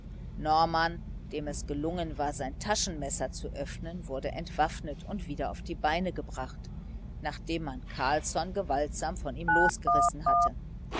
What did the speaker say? norman dem es gelungen war sein taschenmesser zu öffnen wurde entwaffnet und wieder auf die beine gebracht nachdem man carlsson gewaltsam von ihm losgerissen hatte